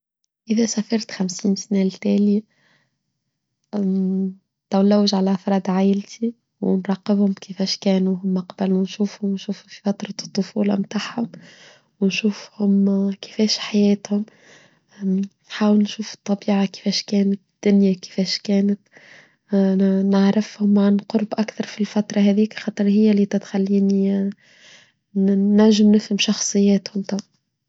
إذا سافرت خمسين سنة لتالي تولوج على أفراد عائلتي ونراقبهم كيفاش كانوا هم أقبل ونشوفهم ونشوفهم في فترة الطفولة تاعهم ونشوفهم كيفاش حياتهم نحاول نشوف الطبيعة كيفاش كانت الدنيا كيفاش كانت نعرفهم ونقرب أكثر في الفترة هذه كخطر هي اللي تتخليني نجنفم شخصياتهم.